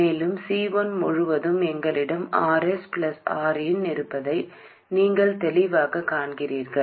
மேலும் C1 முழுவதும் எங்களிடம் Rs Rin இருப்பதை நீங்கள் தெளிவாகக் காண்கிறீர்கள்